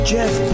Jeff